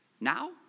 now